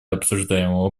обсуждаемого